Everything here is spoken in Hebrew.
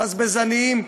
בזבזניים,